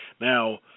Now